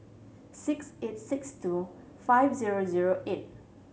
six eight six two five zero zero eight